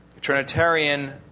Trinitarian